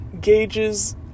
gauges